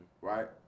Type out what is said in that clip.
right